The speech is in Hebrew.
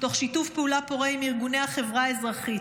תוך שיתוף פעולה פורה עם ארגוני החברה האזרחית.